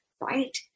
right